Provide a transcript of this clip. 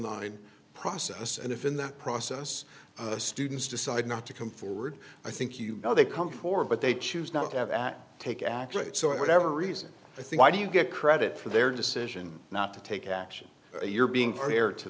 nine process and if in that process students decide not to come forward i think you know they come forward but they choose not to have and take action so whatever reason i think why do you get credit for their decision not to take action you're being fair to